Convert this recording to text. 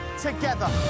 together